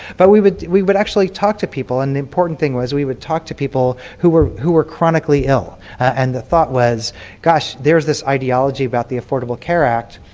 but we would we would actually talk to people. and the important thing is we would talk to people who were who were chronically ill and the thought was gosh, there's this ideology about the affordable care act,